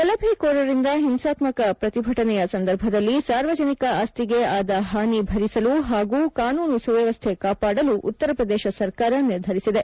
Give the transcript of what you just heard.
ಗಲಭೆಕೋರರಿಂದ ಹಿಂಸಾತ್ಮಕ ಪ್ರತಿಭಟನೆಯ ಸಂದರ್ಭದಲ್ಲಿ ಸಾರ್ವಜನಿಕ ಆಸ್ತಿಗೆ ಆದ ಹಾನಿ ಭರಿಸಲು ಹಾಗೂ ಕಾನೂನು ಸುವ್ಯವನ್ನೆ ಕಾಪಾಡಲು ಉತ್ತರ ಪ್ರದೇಶ ಸರ್ಕಾರ ನಿರ್ಧರಿಸಿದೆ